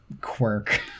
quirk